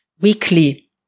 weekly